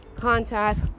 contact